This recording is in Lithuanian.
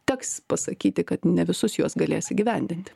teks pasakyti kad ne visus juos galės įgyvendinti